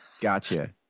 gotcha